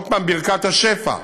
עוד פעם: ברכת השפע.